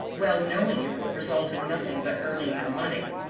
well knowing it would result in nothing but earning their money.